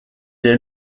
est